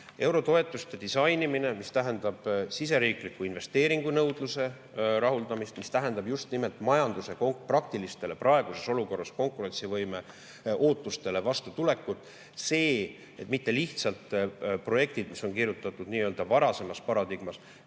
Eurotoetuste disainimine tähendab siseriikliku investeeringunõudluse rahuldamist, tähendab praeguses olukorras just nimelt majanduse praktilistele konkurentsivõime ootustele vastutulekut. See, et on mitte lihtsalt projektid, mis on kirjutatud nii-öelda varasemas paradigmas,